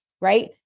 right